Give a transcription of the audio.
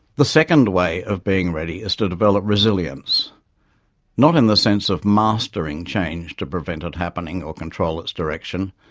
the second way of being ready is to develop resilience not in the sense of mastering change to prevent it happening or control its direction,